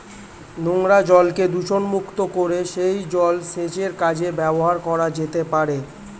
নোংরা জলকে দূষণমুক্ত করে সেই জল সেচের কাজে ব্যবহার করা যেতে পারে